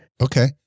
Okay